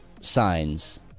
signs